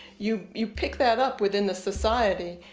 you you pick that up within the society.